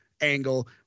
angle